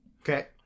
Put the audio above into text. Okay